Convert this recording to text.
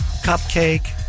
cupcake